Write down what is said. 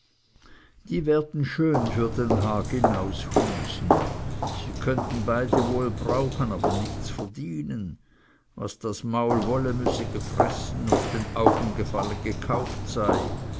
die werden schön für den hag hinaus husen sie könnten beide wohl brauchen aber nichts verdienen was das maul wolle müsse gefressen was den augen gefalle gekauft sein